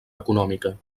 econòmica